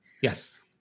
Yes